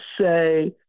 say